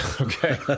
Okay